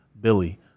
Billy